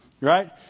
Right